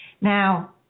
now